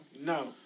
No